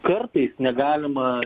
kartais negalima